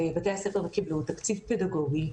בתי הספר קיבלו תקציב פדגוגי,